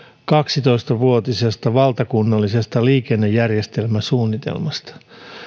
kaksitoista vuotisesta valtakunnallisesta liikennejärjestelmäsuunnitelmasta